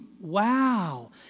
Wow